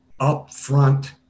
upfront